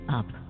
up